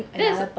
that is